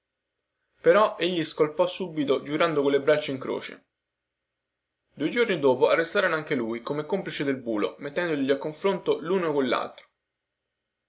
però egli si scolpò subito giurando colle braccia in croce due giorni dopo arrestarono anche lui come complice del bulo mettendoli a confronto luno con laltro